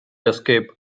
escape